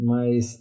Mas